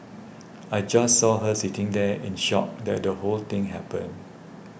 I just saw her sitting there in shock that the whole thing happened